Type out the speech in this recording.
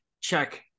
check